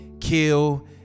kill